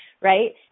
right